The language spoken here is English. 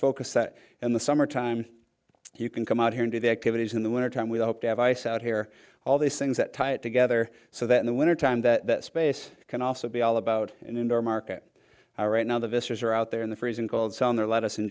focus that in the summertime you can come out here and do the activities in the wintertime we hope to have ice out here all these things that tie it together so that in the winter time that space can also be all about an indoor market right now the visitors are out there in the freezing cold sun there let us in